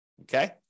Okay